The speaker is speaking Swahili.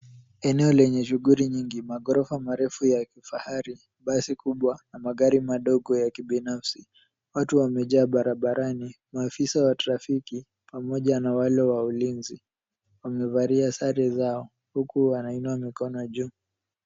Eneo lenye shughuli nyingi, maghorofa marefu ya kifahari, basi kubwa na magari madogo ya kibinafsi. Watu wamejaa barabarani, maafisa wa trafiki pamoja na wale wa ulinzi. Wamevalia sare zao huku wanainua mikono juu.